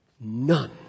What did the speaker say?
none